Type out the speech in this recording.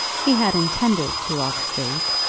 he had intended to walk straight.